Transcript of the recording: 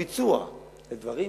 ביצוע של הדברים,